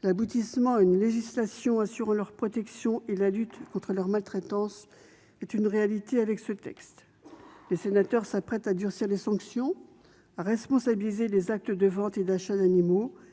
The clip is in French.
d'aboutir à une législation assurant leur protection et de faire de la lutte contre leur maltraitance une réalité. Les sénateurs s'apprêtent à durcir les sanctions, à responsabiliser les actes de vente et d'achat d'animaux, enfin,